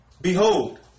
Behold